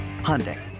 Hyundai